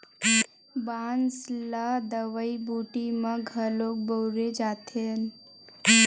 बांस ल दवई बूटी म घलोक बउरे जाथन